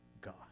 God